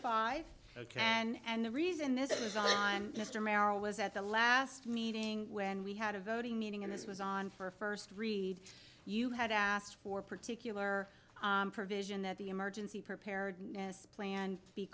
five ok and the reason this is on mr merrill was at the last meeting when we had a voting meeting in this was on for first read you had asked for particular provision that the emergency preparedness plan b